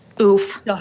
Oof